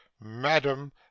Madam